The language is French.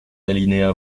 l’alinéa